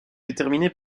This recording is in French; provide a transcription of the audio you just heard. déterminées